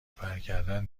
پرکردن